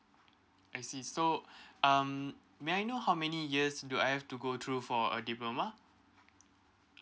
I see so um may I know how many years do I have to go through for a diploma